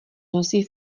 nosí